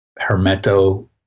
Hermeto